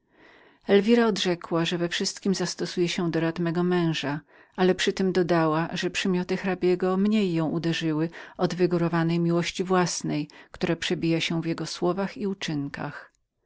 elwira odrzekła że we wszystkiem chce stosować się do rad mego męża ale przytem dodała że przymioty hrabiego mniej ją uderzyły jak wygórowana miłość własna która przebijała się w jego słowach i uczynkach